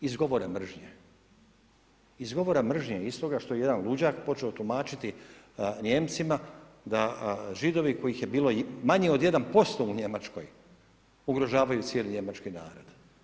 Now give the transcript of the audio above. Iz govora mržnje, iz govora mržnje, iz toga što je jedan luđak počeo tumačiti Nijemcima, da Židovi, koji ih je bilo manje od 1% u Njemačkoj, ugrožavaju cijeli njemački narod.